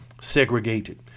segregated